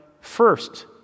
first